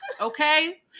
Okay